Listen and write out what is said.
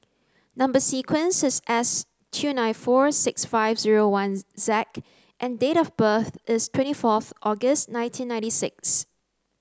number sequence is S two nine four six five zero one Z and date of birth is twenty fourth August nineteen ninety six